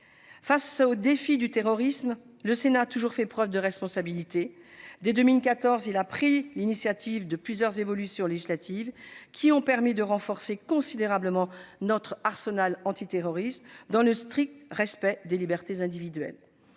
Face au défi du terrorisme, le Sénat a toujours fait preuve de responsabilité. Dès 2014, il a pris l'initiative de plusieurs évolutions législatives, qui ont permis de renforcer considérablement notre arsenal pénal antiterroriste, dans le strict respect des libertés individuelles.